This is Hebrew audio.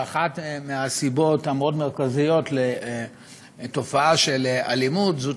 שאחת מהסיבות המאוד-מרכזיות לתופעה של אלימות זו